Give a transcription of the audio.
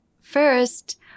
first